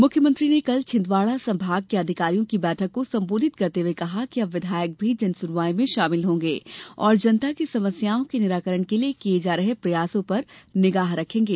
मुख्यमंत्री ने कल छिंदवाड़ा संभाग के अधिकारियों की बैठक को संबोधित हए कहा कि अब विधायक भी जनसुनवाई में शामिल होंगे और जनता की समस्याओं के निराकरण के लिए किये जा रहे प्रयासों पर निगाह रखेंगे